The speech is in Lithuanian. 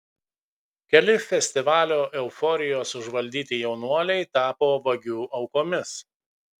keli festivalio euforijos užvaldyti jaunuoliai tapo vagių aukomis